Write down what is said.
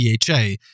DHA